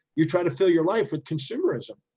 you try to fill your life with consumerism.